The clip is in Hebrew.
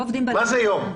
מה זה יום?